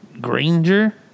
Granger